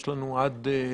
יש לנו זמן עד המליאה,